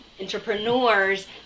entrepreneurs